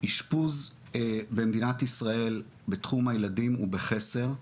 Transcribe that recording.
אשפוז במדינת ישראל בתחום הילדים ובחסר.